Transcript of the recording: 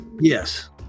yes